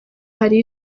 hari